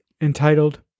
entitled